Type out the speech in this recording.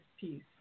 peace